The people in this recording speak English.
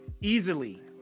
easily